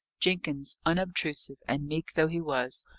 jenkins, unobtrusive and meek though he was,